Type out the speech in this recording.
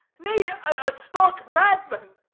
nay, a stark madman!